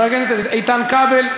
חבר הכנסת איתן כבל,